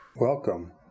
Welcome